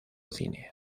cine